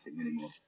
anymore